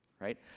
right